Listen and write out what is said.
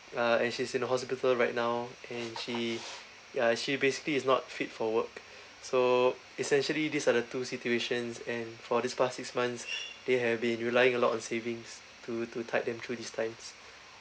uh and she's in the hospital right now and she ya she basically is not fit for work so essentially these are the two situations and for these past six months they have been relying a lot on savings to to tide them through these times